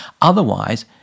Otherwise